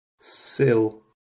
sill